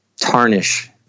tarnish